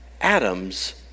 Adam's